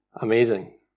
amazing